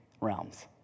realms